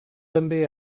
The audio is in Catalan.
també